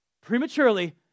prematurely